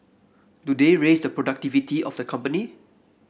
do they raise the productivity of the company